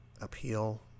appeal